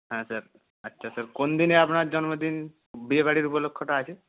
হ্যাঁ স্যার আচ্ছা স্যার কোন দিনে আপনার জন্মদিন বিয়েবাড়ির উপলক্ষ্যটা আছে